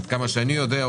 עד כמה שאני יודע,